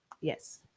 Yes